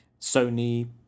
sony